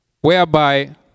whereby